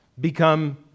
become